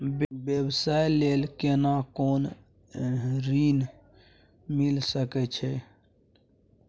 व्यवसाय ले केना कोन ऋन मिल सके छै?